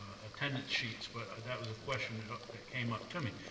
attendance sheet. but that was a question that came up to me.